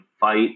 fight